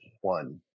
one